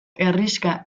herrixka